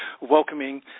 welcoming